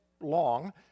long